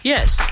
Yes